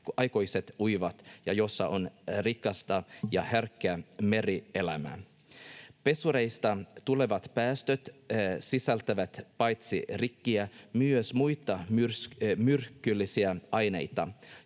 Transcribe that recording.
ja aikuiset uivat ja jossa on rikasta ja herkkää merielämää. Pesureista tulevat päästöt sisältävät paitsi rikkiä myös muita myrkyllisiä aineita,